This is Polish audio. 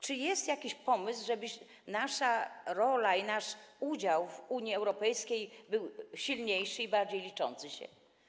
Czy jest jakiś pomysł, żeby nasza rola i nasz udział w Unii Europejskiej były silniejsze i bardziej liczące się?